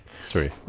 Sorry